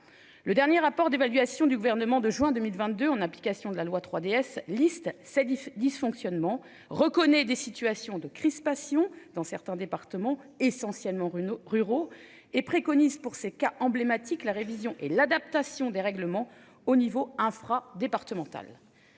Le dernier rapport d'évaluation du gouvernement de juin 2022, en application de la loi 3DS liste Sedif dysfonctionnements reconnaît des situations de crispation dans certains départements essentiellement runo ruraux et préconise pour ces cas emblématique la révision et l'adaptation des règlements au niveau infra-départementale.